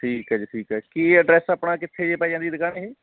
ਠੀਕ ਹੈ ਜੀ ਠੀਕ ਹੈ ਕੀ ਐਡਰੈਸ ਆਪਣਾ ਕਿੱਥੇ ਜੇ ਪੈ ਜਾਂਦੀ ਦੁਕਾਨ ਇਹ